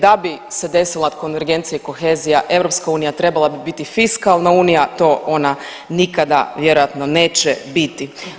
Da bi se desila konvergencija i kohezija EU trebala bi biti fiskalna unija to ona nikada vjerojatno neće biti.